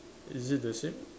is it the same